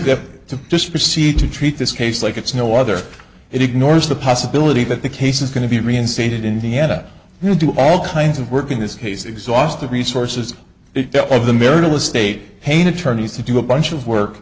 get to just proceed to treat this case like it's no other it ignores the possibility that the case is going to be reinstated in indiana who do all kinds of work in this case exhaust the resources of the marital estate pain attorneys to do a bunch of work